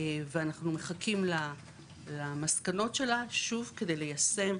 ואנחנו מחכים למסקנות שלה שוב כדי ליישם